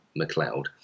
McLeod